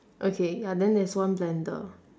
okay ya then there's one blender